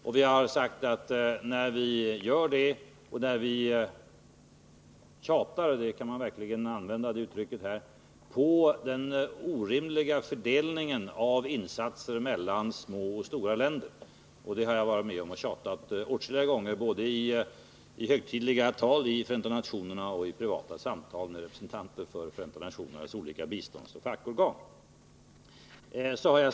Jag har åtskilliga gånger varit med och tjatat om den orimliga fördelningen av insatserna mellan små och stora länder. Det har jag gjort både i högtidliga tal i FN och vid privata samtal med representanter för FN:s olika biståndsoch fackorgan.